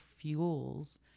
fuels